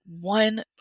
one